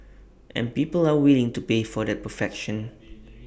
and people are willing to pay for the perfection